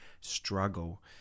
struggle